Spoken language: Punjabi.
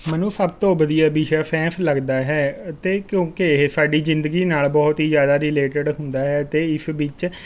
ਮੈਨੂੰ ਸਭ ਤੋਂ ਵਧੀਆ ਵਿਸ਼ਾ ਸੈੰਸ ਲੱਗਦਾ ਹੈ ਅਤੇ ਕਿਉਂਕਿ ਇਹ ਸਾਡੀ ਜ਼ਿੰਦਗੀ ਨਾਲ ਬਹੁਤ ਹੀ ਜ਼ਿਆਦਾ ਰੀਲੇਟਡ ਹੁੰਦਾ ਹੈ ਅਤੇ ਇਸ ਵਿੱਚ